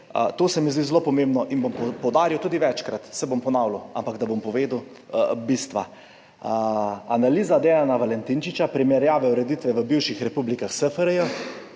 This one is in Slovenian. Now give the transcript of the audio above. to se mi zdi zelo pomembno in bom poudaril tudi večkrat, se bom ponavljal, ampak bom povedal bistvo. Analiza Dejana Valentinčiča, primerjave ureditve v bivših republikah SFRJ,